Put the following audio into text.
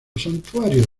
santuario